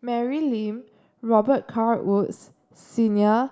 Mary Lim Robet Carr Woods Senior